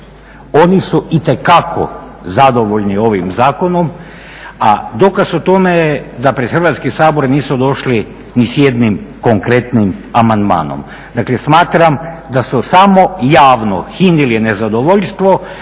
Oni su itekako zadovoljni ovim Zakonom. A dokaz o tome je da pred Hrvatski sabor nisu došli ni s jednim konkretnim amandmanom. Dakle, smatram da su samo javno hinili nezadovoljstvo